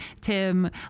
Tim